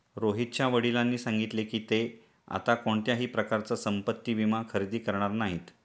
रोहितच्या वडिलांनी सांगितले की, ते आता कोणत्याही प्रकारचा संपत्ति विमा खरेदी करणार नाहीत